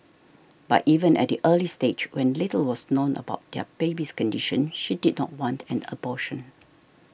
but even at the early stage when little was known about her baby's condition she did not want an abortion